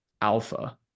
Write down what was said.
alpha